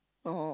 (uh huh)